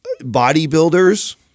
Bodybuilders